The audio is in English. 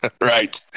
Right